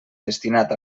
destinat